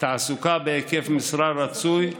תעסוקה בהיקף משרה רצוי,